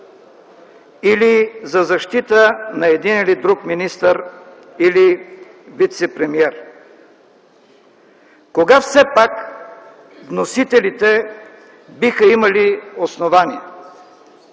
или за защита на един или друг министър или вицепремиер. Кога все пак вносителите биха имали основание?